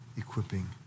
Equipping